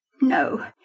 No